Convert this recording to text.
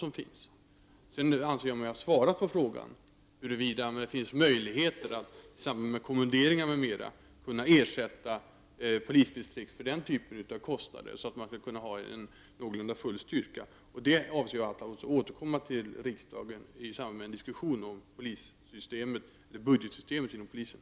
Jag anser att jag har svarat på frågan huruvida det finns möjligheter att i samband med kommenderingar m.m. ersätta polisdistrikten för den typen av kostnader, så att de skall kunna ha en någorlunda full styrka. Det avser jag att återkomma till riksdagen med i samband med en diskussion om budgetsystemet inom polisen.